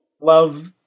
love